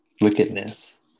wickedness